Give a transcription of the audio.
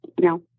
no